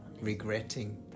regretting